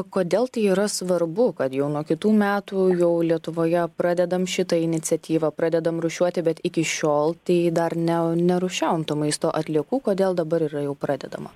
kodėl tai yra svarbu kad jau nuo kitų metų jau lietuvoje pradedam šitą iniciatyvą pradedam rūšiuoti bet iki šiol tai dar ne nerūšiavom tų maisto atliekų kodėl dabar yra jau pradedama